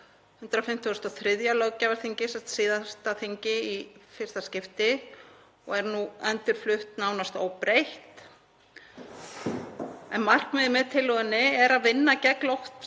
153. löggjafarþingi, síðasta þingi, í fyrsta skipti og er nú endurflutt nánast óbreytt. Markmiðið með tillögunni er að vinna gegn